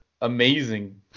amazing